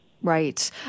Right